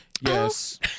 Yes